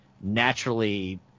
naturally